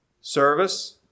service